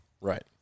Right